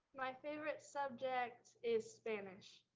my favorite subject is spanish.